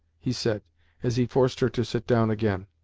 he said as he forced her to sit down again.